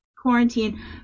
Quarantine